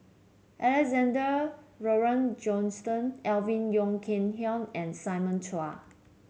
Alexander Laurie Johnston Alvin Yeo Khirn Hai and Simon Chua